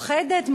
מאוחדת על הנייר.